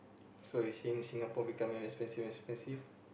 so you saying Singapore becoming very expensive expensive